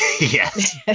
Yes